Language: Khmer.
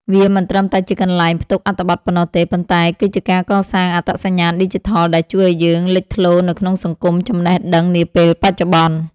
វាមិនត្រឹមតែជាកន្លែងផ្ទុកអត្ថបទប៉ុណ្ណោះទេ ប៉ុន្តែគឺជាការកសាង អត្តសញ្ញាណឌីជីថល ដែលជួយឱ្យយើងលេចធ្លោនៅក្នុងសង្គមចំណេះដឹងនាពេលបច្ចុប្បន្ន។